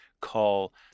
call